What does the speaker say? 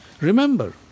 Remember